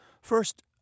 First